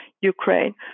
Ukraine